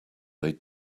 they